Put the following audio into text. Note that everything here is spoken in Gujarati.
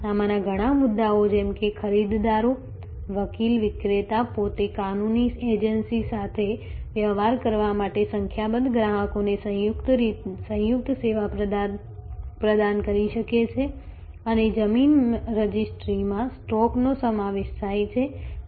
આમાંના ઘણા મુદ્દાઓ જેમ કે ખરીદદારો વકીલ વિક્રેતા પોતે કાનૂની એજન્સી સાથે વ્યવહાર કરવા માટે સંખ્યાબંધ ગ્રાહકોને સંયુક્ત સેવા પ્રદાન કરી શકે છે અને જમીન રજિસ્ટ્રીમાં સ્ટોકનો સમાવેશ થાય છે